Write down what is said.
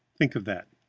think of that!